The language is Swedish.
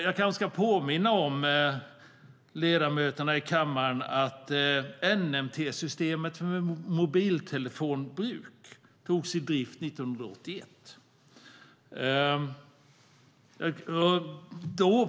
Jag kanske ska påminna ledamöterna i kammaren om att NMT-systemet för mobiltelefonbruk togs i drift 1981.